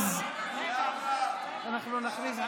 אנחנו נכריז,